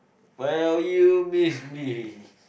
will you miss me